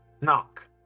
Knock